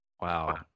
Wow